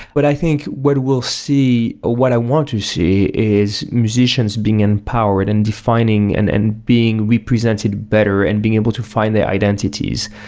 but i think what we'll see, ah what i want to see is musicians being empowered and defining and and being represented better and being able to find their identities.